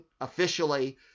officially